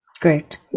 great